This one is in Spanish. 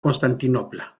constantinopla